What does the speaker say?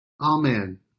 Amen